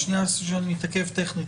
אני רוצה שנייה להתעכב על העניין הטכני.